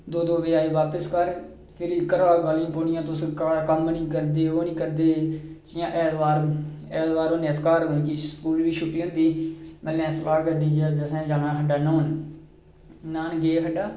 दो दो बजे आए बापस घर फिरी घरां गालियां पौनियां तुस घर कम्म निं करदे ओह् निं करदे जि'यां ऐतवार ऐतवार होने अस घर स्कूल बी छुट्टी होंदी असें जाना खड्डा न्हौन